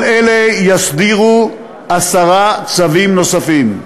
כל אלה יסדירו עשרה צווים נוספים.